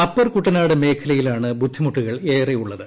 അപ്പർകുട്ടനാട് മേഖലയിലാണ് ബുദ്ധിമുട്ടു്കൾ ഏറെയുള്ളത്